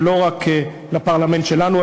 ולא רק של הפרלמנט שלנו,